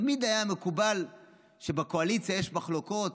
תמיד היה מקובל שבקואליציה יש מחלוקות,